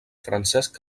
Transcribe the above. francesc